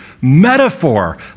Metaphor